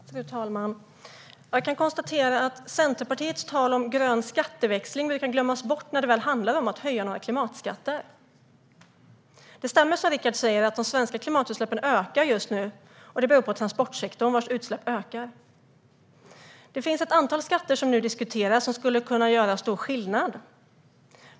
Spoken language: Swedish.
Fru talman! Jag kan konstatera att Centerpartiets tal om grön skatteväxling brukar glömmas bort när det väl handlar om att höja några klimatskatter. Det som Rickard säger stämmer; de svenska klimatutsläppen ökar just nu. Det beror på transportsektorn, vars utsläpp ökar. Det finns ett antal skatter som nu diskuteras och som skulle kunna göra stor skillnad.